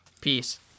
Peace